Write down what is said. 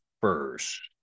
first